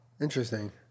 Interesting